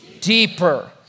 deeper